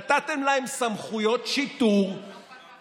נתתם להם סמכויות שיטור,